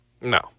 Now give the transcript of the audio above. No